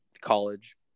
college